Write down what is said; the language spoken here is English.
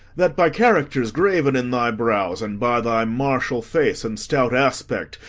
that by characters graven in thy brows, and by thy martial face and stout aspect,